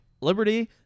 liberty